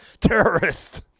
terrorist